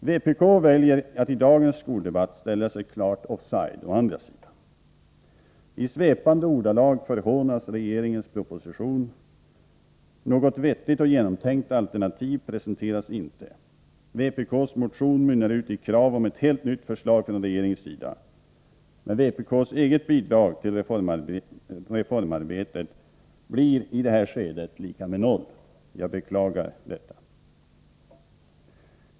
Vpk väljer att i dagens skoldebatt ställa sig klart offside. I svepande ordalag förhånas regeringens proposition. Något vettigt och genomtänkt alternativ presenteras inte. Vpk:s motion mynnar ut i krav på ett helt nytt förslag från regeringens sida. Men vpk:s eget bidrag till reformarbetet blir i detta skede lika med noll — jag beklagar detta.